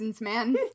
man